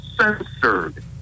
censored